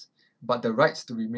but the rights to remain